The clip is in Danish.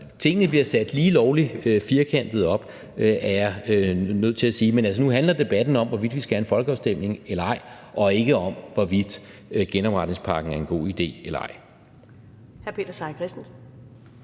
tingene bliver sat lige lovlig firkantet op, er jeg nødt til at sige, men altså, nu handler debatten om, hvorvidt vi skal have en folkeafstemning eller ej, og ikke om, hvorvidt genopretningspakken er en god idé eller ej.